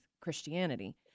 Christianity